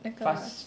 那个